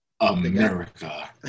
America